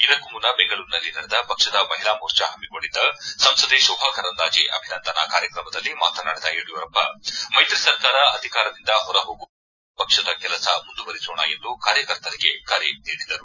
ಇದಕ್ಕೂ ಮುನ್ನ ಬೆಂಗಳೂರಿನಲ್ಲಿ ನಡೆದ ಪಕ್ಷದ ಮಹಿಳಾ ಮೋರ್ಚಾ ಹಮ್ಮಿಕೊಂಡಿದ್ದ ಸಂಸದೆ ಶೋಭಾ ಕರಂದ್ನಾಜೆ ಅಭಿನಂದನಾ ಕಾರ್ಯಕ್ರಮದಲ್ಲಿ ಮಾತನಾಡಿದ ಯಡಿಯೂರಪ್ಪ ಮೈತ್ರಿ ಸರ್ಕಾರ ಅಧಿಕಾರದಿಂದ ಹೊರ ಹೋಗುವವರೆಗೆ ವಿರೋಧ ಪಕ್ಷದ ಕೆಲಸ ಮುಂದುವರೆಸೋಣ ಎಂದು ಕಾರ್ಯಕರ್ತರಿಗೆ ಕರೆ ನೀಡಿದರು